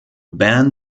band